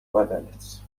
اومدنت